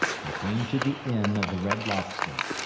they came to the inn of the red lobster.